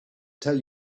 tell